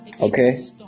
Okay